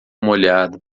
molhado